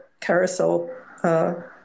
carousel